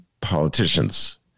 politicians